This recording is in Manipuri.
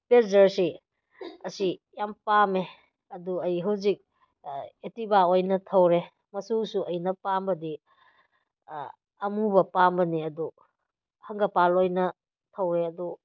ꯄ꯭ꯂꯦꯖꯔꯁꯤ ꯑꯁꯤ ꯌꯥꯝ ꯄꯥꯝꯃꯦ ꯑꯗꯨ ꯑꯩ ꯍꯧꯖꯤꯛ ꯑꯦꯛꯇꯤꯚꯥ ꯑꯣꯏꯅ ꯊꯧꯔꯦ ꯃꯆꯨꯁꯨ ꯑꯩꯅ ꯄꯥꯝꯕꯗꯤ ꯑꯃꯨꯕ ꯄꯥꯝꯕꯅꯤ ꯑꯗꯨ ꯍꯪꯒꯝꯄꯥꯜ ꯑꯣꯏꯅ ꯊꯧꯔꯦ ꯑꯗꯨ